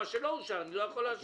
את מה שלא אושר אני לא יכול לאשר.